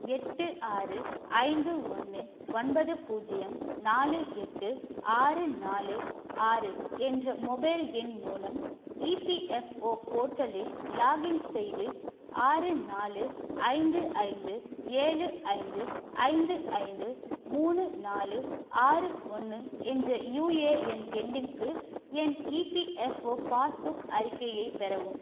எட்டு ஆறு ஐந்து ஒன்று ஒன்பது பூஜ்ஜியம் நாலு எட்டு ஆறு நாலு ஆறு என்ற மொபைல் எண் மூலம் இபிஎஃப்ஓ போர்ட்டலில் லாக்இன் செய்து ஆறு நாலு ஐந்து ஐந்து ஏழு ஐந்து ஐந்து மூணு நாலு ஆறு ஒன்று என்ற யுஏஎன் எண்ணுக்கு என் இபிஎஃப்ஓ பாஸ்புக் அறிக்கையைப் பெறவும்